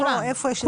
בכולם.